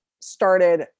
started